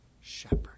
shepherd